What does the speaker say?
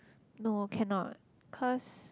no cannot cause